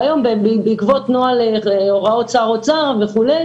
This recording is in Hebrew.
והיום בעקבות נוהל הוראות שר האוצר וכו',